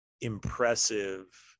impressive